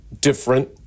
different